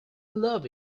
love